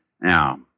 Now